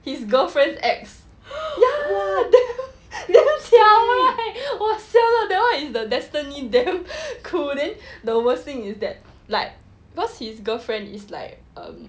his girlfriend's ex ya damn 巧 right !wah! siao liao that [one] is the destiny damn cool then the worst thing is that like because his girlfriend is like um